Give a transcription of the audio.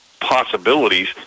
possibilities